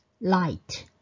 light